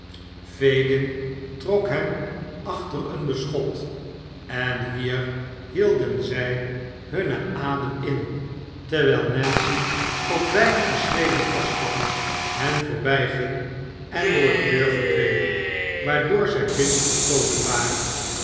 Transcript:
fagin trok hem achter een beschot en hier hielden zij hun adem in terwijl nancy op weinige schreden afstands hen voorbijging en door de deur verdween waardoor zij binnengekomen waren